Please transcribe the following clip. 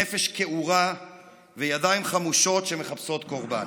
נפש כעורה וידיים חמושות שמחפשות קורבן.